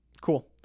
Cool